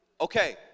okay